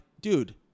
dude